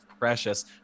Precious